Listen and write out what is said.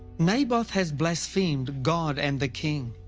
naboth has blasphemed god and the king.